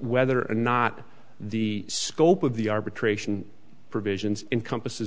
whether or not the scope of the arbitration provisions encompasses